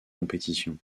compétition